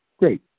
Great